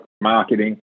marketing